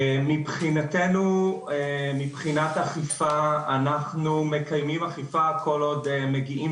מבחינתנו מבחינת אכיפה אנחנו מקיימים אכיפה כל עוד מגיעים